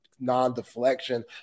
non-deflection